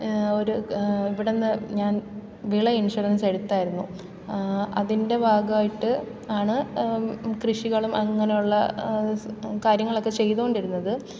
ഒരു ഇവിടെനിന്ന് ഞാൻ വിള ഇൻഷുറൻസ് എടുത്തായിരുന്നു അതിന്റെ ഭാഗമായിട്ട് ആണ് കൃഷികളും അങ്ങനെയുള്ള കാര്യങ്ങളൊക്കെ ചെയ്തുകൊണ്ടിരുന്നത്